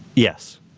yes.